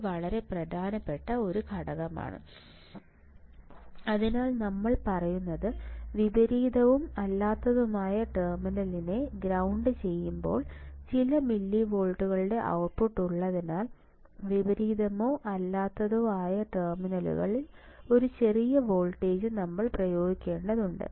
ഇത് വളരെ പ്രധാനപ്പെട്ട ഒരു ഘടകമാണ് അതിനാൽ നമ്മൾ പറയുന്നത് വിപരീതവും അല്ലാത്തതുമായ ടെർമിനലിനെ ഗ്രൌണ്ട് ചെയ്യുമ്പോൾ ചില മില്ലിവോൾട്ടുകളുടെ ഔട്ട്പുട്ട് ഉള്ളതിനാൽ വിപരീതമോ അല്ലാത്തതോ ആയ ടെർമിനലിൽ ഒരു ചെറിയ വോൾട്ടേജ് നമ്മൾ പ്രയോഗിക്കേണ്ടതുണ്ട്